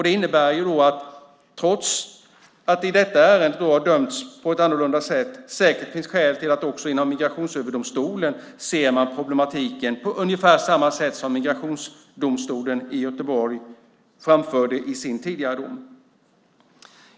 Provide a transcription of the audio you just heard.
Det innebär att trots att det i detta ärende har dömts på ett annorlunda sätt säkert finns skäl att också inom Migrationsöverdomstolen se problematiken på ungefär samma sätt som Migrationsdomstolen i Göteborg framförde i sin tidigare dom.